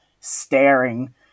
staring